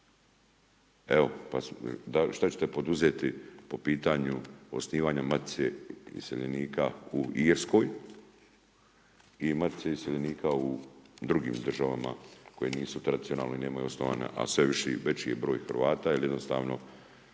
Evo, što ćete poduzeti po pitanju osnivanja Matice iseljenika u Irskoj i Matice iseljenika u drugim državama koje nisu tradicionalne i nemaju osnovane, a sve veći je broj Hrvata jer jednostavno